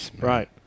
Right